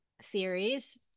series